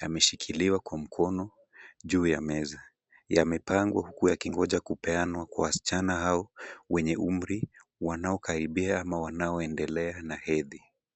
Yameshikiliwa kwa mkono juu ya meza. Yamepangwa huku yakingoja kupeanwa kwa wasichana au wenye umri wanaokaribia ama wanaoendelea na hedhi.